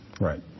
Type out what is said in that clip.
Right